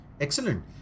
Excellent